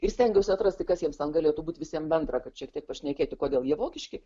ir stengiausi atrasti kas jiems galėtų būt visiem bendra kad šiek tiek pašnekėti kodėl jie vokiški